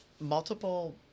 multiple